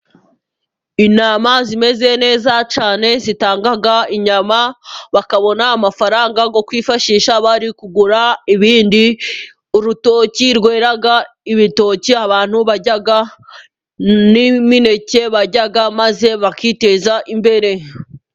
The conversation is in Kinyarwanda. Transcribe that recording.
Intama zimeze neza cyane, zitanga inyama bakabona amafaranga yo kwifashisha bari kugura ibindi, urutoki rwera ibitoki abantu barya n'imineke barya maze bakiteza imbere.